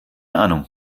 ahnung